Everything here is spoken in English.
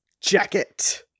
jacket